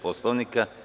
Poslovnika?